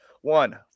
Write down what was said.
one